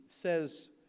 says